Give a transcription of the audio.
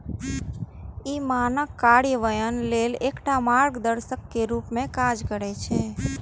ई मानक कार्यान्वयन लेल एकटा मार्गदर्शक के रूप मे काज करै छै